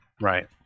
Right